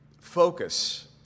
focus